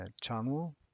channel